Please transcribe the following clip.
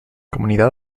comunidad